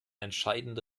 entscheidende